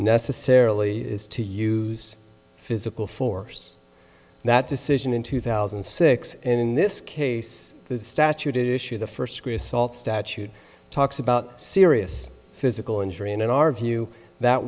necessarily is to use physical force that decision in two thousand and six and in this case the statute issue the first degree assault statute talks about serious physical injury and in our view that